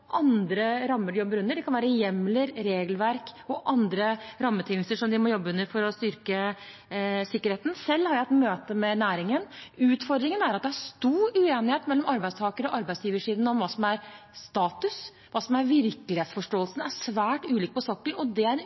andre rammer de jobber under. Det kan være hjemler, regelverk og andre rammebetingelser som de må jobbe under for å styrke sikkerheten. Selv har jeg hatt møte med næringen. Utfordringen er at det er stor uenighet mellom arbeidstaker- og arbeidsgiversiden om hva som er status. Hva som er virkelighetsforståelsen, er svært ulik på sokkelen, og det er en